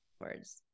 words